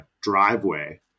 driveway